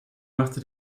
machte